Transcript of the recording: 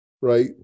right